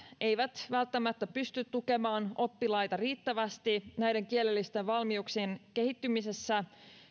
eivät välttämättä pysty tukemaan oppilaita riittävästi näiden kielellisten valmiuksien kehittymisessä